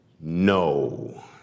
No